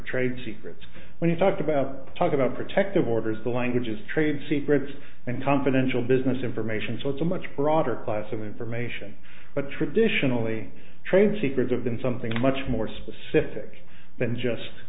trade secrets when you talk about talk about protective orders the language is trade secrets and confidential business information so it's a much broader class of information but traditionally trade secrets of than something much more specific than just